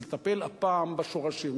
לטפל הפעם בשורשים.